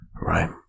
right